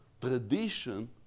tradition